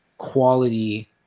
quality